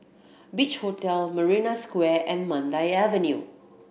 Beach Hotel Marina Square and Mandai Avenue